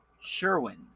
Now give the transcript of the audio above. Sherwin